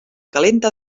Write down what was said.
calenta